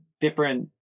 different